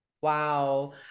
Wow